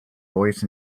voice